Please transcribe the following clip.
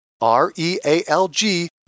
R-E-A-L-G